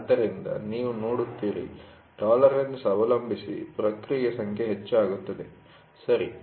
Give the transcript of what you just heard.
ಆದ್ದರಿಂದ ನೀವು ನೋಡುತ್ತೀರಿ ಟಾಲರೆನ್ಸ್ ಅವಲಂಬಿಸಿ ಪ್ರಕ್ರಿಯೆ ಸಂಖ್ಯೆ ಹೆಚ್ಚಾಗುತ್ತದೆ ಸರಿ